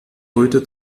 heute